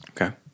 Okay